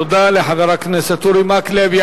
תודה לחבר הכנסת אורי מקלב.